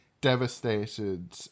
devastated